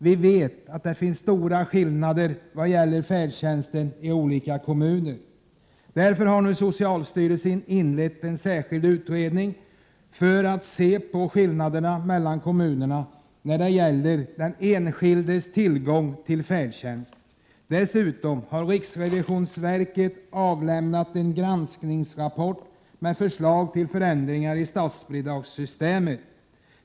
Vi vet att det finns stora skillnader vad gäller färdtjänsten i olika kommuner. Därför har nu socialstyrelsen inlett en särskild utredning för att se på skillnaderna mellan kommunerna när det gäller den enskildes tillgång till färdtjänst. Dessutom har riksrevisionsverket avlämnat en granskningsrapport med förslag till förändringar i statsbidragssystemet.